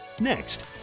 Next